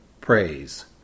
praise